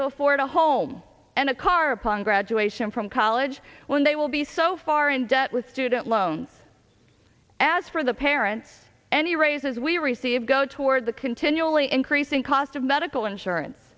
to afford a home and a car upon graduation from college when they will be so far in debt with student loans as for the parents any raises we receive go toward the continually increasing cost of medical insurance